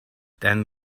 then